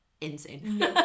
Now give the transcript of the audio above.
insane